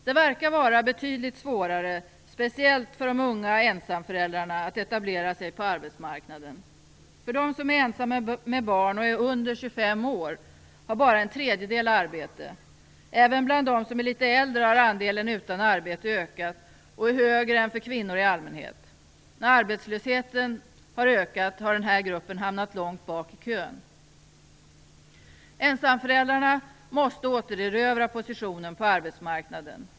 Det verkar vara betydligt svårare, speciellt för de unga och ensamföräldrarna, att etablera sig på arbetsmarknaden. Bland dem som är ensamma med barn och är under 25 år har bara en tredjedel arbete. Även bland dem som är litet äldre har andelen utan arbete ökat och är högre än för kvinnor i allmänhet. När arbetslösheten har ökat har den här gruppen hamnat långt bak i kön. Ensamföräldrarna måste återerövra sin position på arbetsmarknaden.